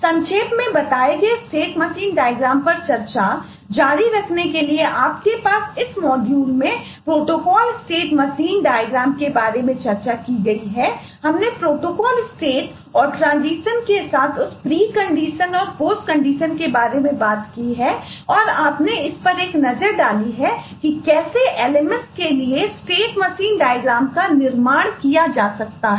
संक्षेप में बताए गए स्टेट मशीन डायग्राम का निर्माण किया जा सकता है